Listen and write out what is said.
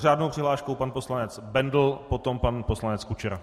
S řádnou přihláškou pan poslanec Bendl, potom pan poslanec Kučera.